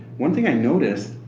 one thing i noticed,